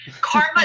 Karma